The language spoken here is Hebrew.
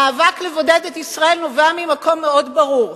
המאבק לבודד את ישראל נובע ממקום מאוד ברור.